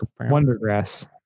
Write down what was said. Wondergrass